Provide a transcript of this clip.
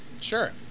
Sure